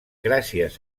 gràcies